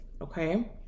okay